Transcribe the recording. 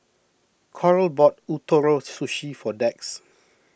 Coral bought Ootoro Sushi for Dax